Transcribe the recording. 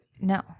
No